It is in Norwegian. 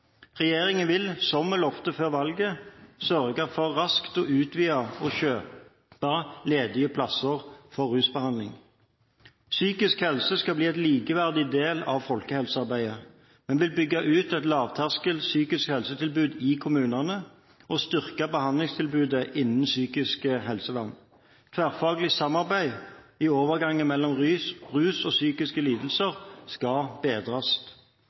Regjeringen vil, som vi lovet før valget, sørge for raskt å utvide og kjøpe ledige plasser for rusbehandling. Psykisk helse skal bli en likeverdig del av folkehelsearbeidet. Vi vil bygge ut et lavterskel psykisk helsetilbud i kommunene og styrke behandlingstilbudet innenfor psykisk helsevern. Tverrfaglig samarbeid i overgangen mellom rus og psykiske lidelser skal bedres.